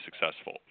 successful